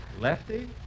Lefty